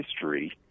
history